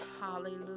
hallelujah